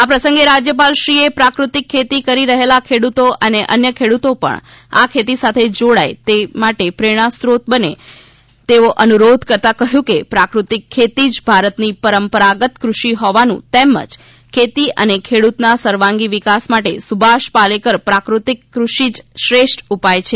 આ પ્રસંગે રાજ્યપાલશ્રીએ પ્રાકૃતિક ખેતી કરી રહેલા ખેડૂતો અને અન્ય ખેડૂતો પણ આ ખેતી સાથે જોડાય તે માટે પ્રેરણા સ્ત્રોત બને તેવો અનુરોધ કરતા કહ્યું કે પ્રાકૃતિક ખેતી જ ભારતની પરંપરાગત કૃષિ હોવાનું તેમજ ખેતી અને ખેડૂતોના સર્વાંગી વિકાસ માટે સુભાષ પોલેકર પ્રાકૃતિક કૃષિ જ શ્રેષ્ઠ ઉપાય છે